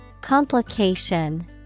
Complication